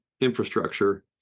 infrastructure